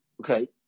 Okay